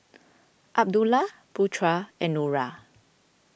Abdullah Putra and Nura